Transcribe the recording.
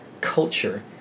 culture